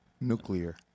Nuclear